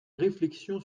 réflexion